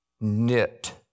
knit